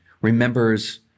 remembers